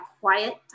quiet